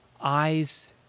eyes